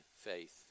faith